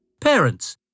Parents